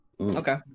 Okay